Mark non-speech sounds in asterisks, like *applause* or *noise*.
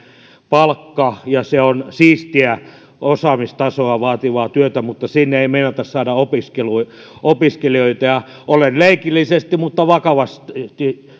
palkka ja se on siistiä osaamistasoa vaativaa työtä mutta sinne ei meinata saada opiskelijoita olen leikillisesti mutta vakavasti *unintelligible*